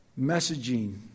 messaging